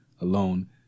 alone